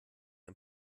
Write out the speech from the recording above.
ein